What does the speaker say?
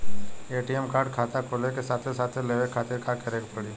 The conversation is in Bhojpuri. ए.टी.एम कार्ड खाता खुले के साथे साथ लेवे खातिर का करे के पड़ी?